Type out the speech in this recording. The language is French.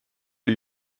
lui